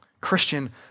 Christian